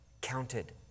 counted